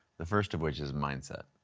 the first of which is mindset.